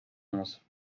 onze